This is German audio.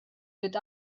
wird